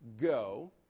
go